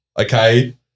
Okay